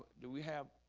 do we have?